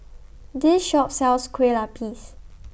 This Shop sells Kueh Lapis